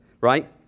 right